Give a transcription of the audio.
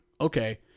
okay